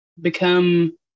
become